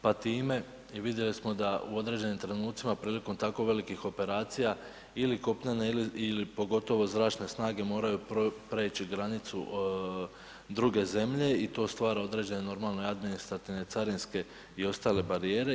Pa time vidjeli smo da u određenim trenucima prilikom tako velikih operacija ili kopnene ili pogotovo zračne snage moraju preći granicu druge zemlje i to stvara normalno određene administrativne carinske i ostale barijere.